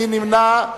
מי נמנע?